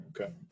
Okay